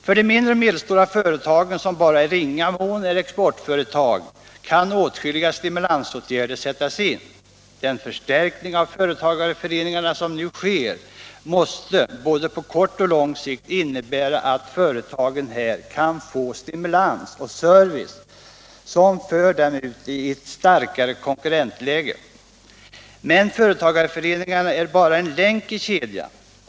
För de mindre och medelstora företagen, som bara i ringa mån är exportföretag, kan åtskilliga stimulansåtgärder sättas in. Den förstärkning av företagarföreningarna som nu sker måste både på kort och lång sikt innebära att företagen här kan få stimulans och service som ger dem ett starkare konkurrensläge. Men företagarföreningarna är bara en länk i kedjan.